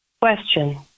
Question